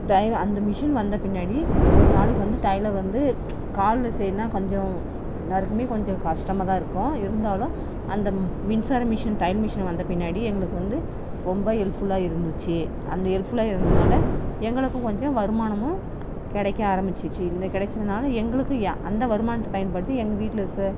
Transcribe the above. தை அந்த மிஷின் வந்த பின்னாடி ஒரு நாளைக்கு வந்து டைலெர் வந்து காலைல செய்கிறதுன்னா கொஞ்சம் எல்லாருக்குமே கொஞ்சம் கஷ்டமாக தான் இருக்கும் இருந்தாலும் அந்த மின்சார மிஷின் தையல் மிஷின் வந்த பின்னாடி எங்களுக்கு வந்து ரொம்ப ஹெல்ப்ஃபுல்லாக இருந்துச்சு அந்த ஹெல்ப்ஃபுல்லாக இருந்ததுனால் எங்களுக்கும் கொஞ்சம் வருமானமும் கிடைக்க ஆரம்பிச்சிச்சு இந்த கிடச்சதுனால எங்களுக்கும் அந்த வருமானத்தை பயன்படுத்தி எங்கள் வீட்டில் இருக்கிற